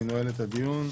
אני נועל את הדיון.